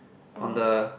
oh